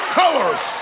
colors